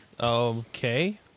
Okay